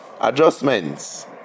adjustments